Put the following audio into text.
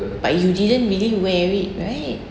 but you didn't really wear it right